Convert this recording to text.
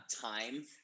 time